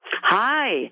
Hi